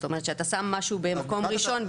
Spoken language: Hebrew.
זאת אומרת שאתה שם משהו במקום ראשון,